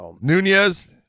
Nunez